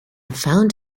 found